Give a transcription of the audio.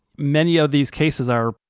many of these cases are,